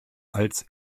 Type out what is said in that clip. als